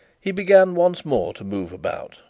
he began once more to move about,